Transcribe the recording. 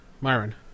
Myron